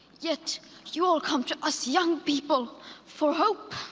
yet you all come to us young people for hope.